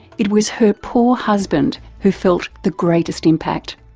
it was her poor husband who felt the greatest impact.